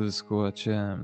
viskuo čia